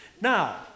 now